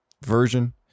version